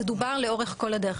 זה דובר לאורך כל הדרך,